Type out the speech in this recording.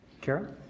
Kara